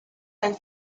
del